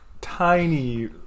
tiny